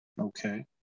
okay